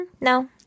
No